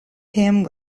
him